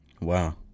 Wow